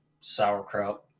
sauerkraut